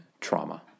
trauma